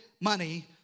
money